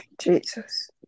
Jesus